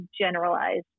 generalized